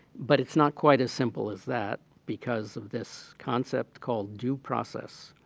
but it's not quite as simple as that because of this concept called due process.